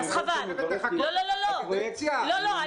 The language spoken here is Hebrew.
את רוצה לחכות עד סוף הקדנציה?